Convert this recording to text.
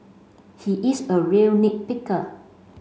he is a real nit picker